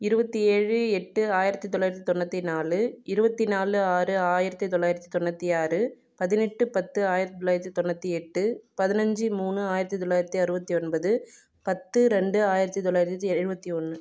இருபத்தி ஏழு எட்டு ஆயிரத்தி தொள்ளாயிரத்தி தொண்ணூற்றி நாலு இருபத்தி நாலு ஆறு ஆயிரத்தி தொள்ளாயிரத்தி தொண்ணூற்றி ஆறு பதினெட்டு பத்து ஆயிரத்தி தொள்ளாயிரத்தி தொண்ணூற்றி எட்டு பதினைஞ்சி மூணு ஆயிரத்தி தொள்ளாயிரத்தி அறுபத்தி ஒன்பது பத்து இரண்டு ஆயிரத்தி தொள்ளாயிரத்தி எழுபத்தி ஒன்று